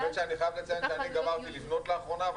האמת שאני חייב לציין שסיימתי לבנות לאחרונה,